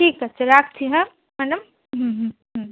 ঠিক আছে রাখছি হ্যাঁ ম্যাডাম হুম হুম হুম